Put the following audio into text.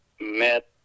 met